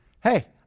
Hey